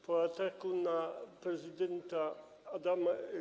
Po ataku na prezydenta Adama.